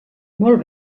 molt